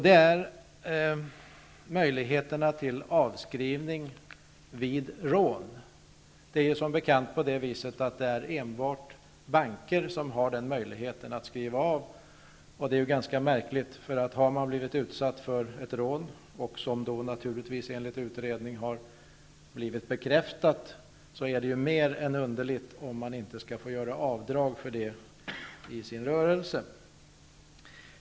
Det gäller möjligheterna till avskrivning vid rån. Som bekant är det enbart banker som har möjligheten att göra en sådan avskrivning. Det är märkligt att om man har blivit utsatt för ett rån, som naturligtvis har bekräftats vid en utredning, inte skall få göra avdrag för det i sin rörelse.